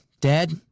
Dad